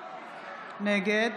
נגד